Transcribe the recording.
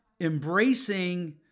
embracing